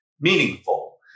meaningful